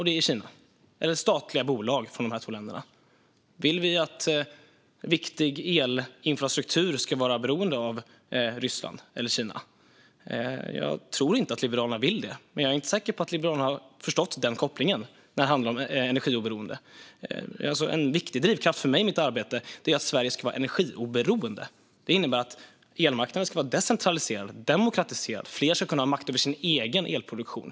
Det är statliga bolag från Ryssland och Kina. Vill vi att viktig elinfrastruktur ska vara beroende av Ryssland eller Kina? Jag tror inte att Liberalerna vill det, men jag är inte säker på att Liberalerna har förstått kopplingen när det handlar om energioberoende. En viktig drivkraft för mig i mitt arbete är att Sverige ska vara energioberoende. Det innebär att elmarknaden ska vara decentraliserad och demokratiserad. Fler ska kunna ha makt över sin egen elproduktion.